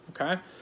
okay